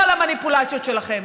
לא למניפולציות שלכם.